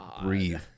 breathe